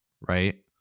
right